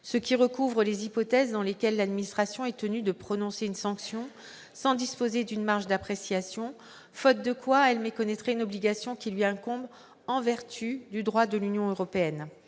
ce qui recouvre les hypothèses dans lesquelles l'administration est tenue de prononcer une sanction sans disposer d'une marge d'appréciation, faute de quoi elle méconnaîtrait une obligation qui lui incombe en vertu du droit de l'Union européenne.